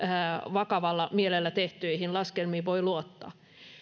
vakavalla mielellä tehtyihin laskelmiin voi luottaa